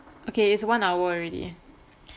okay is one hour already